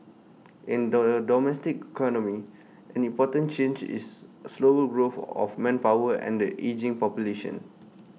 in the domestic economy an important change is slower growth of manpower and the ageing population